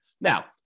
Now